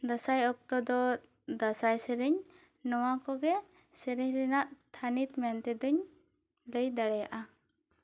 ᱫᱟᱸᱥᱟᱭ ᱚᱠᱛᱮ ᱫᱚ ᱫᱟᱸᱥᱟᱭ ᱥᱮᱨᱮᱧ ᱱᱚᱣᱟ ᱠᱚᱜᱮ ᱥᱮᱨᱮᱧ ᱨᱮᱱᱟᱜ ᱛᱷᱟᱹᱱᱤᱛ ᱢᱮᱱᱛᱮ ᱫᱚᱧ ᱞᱟᱹᱭ ᱫᱟᱲᱮᱭᱟᱜᱼᱟ